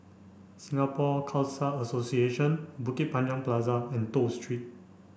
Singapore Khalsa Association Bukit Panjang Plaza and Toh Street